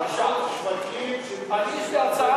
במקום שווקים, יש לי הצעה.